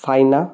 China